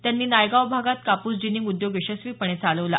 त्यांनी नायगाव भागात कापूस जिनींग उद्योग यशस्वीपणे चालवला